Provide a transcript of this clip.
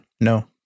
No